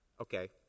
Okay